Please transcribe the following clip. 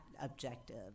objective